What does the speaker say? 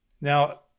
Now